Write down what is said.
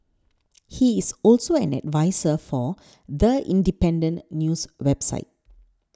he is also an adviser for The Independent news website